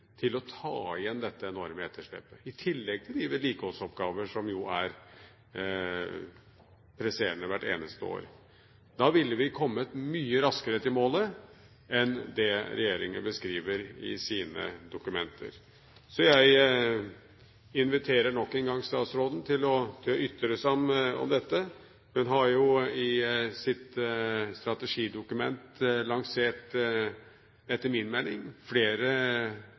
til å ta igjen dette enorme etterslepet, i tillegg til de vedlikeholdsoppgaver som jo er presserende hvert eneste år. Da ville vi kommet mye raskere til målet enn det regjeringen beskriver i sine dokumenter. Jeg inviterer nok en gang statsråden til å ytre seg om dette. Hun har jo i sitt strategidokument etter min mening lansert flere